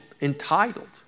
entitled